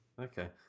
Okay